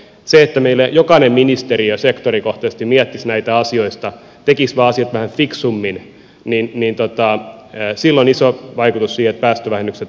sillä että meillä jokainen ministeriö sektorikohtaisesti miettisi näitä asioita tekisi vaan asiat vähän fiksummin on iso vaikutus siihen että päästövähennykset toteutuvat